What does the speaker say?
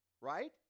right